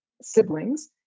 siblings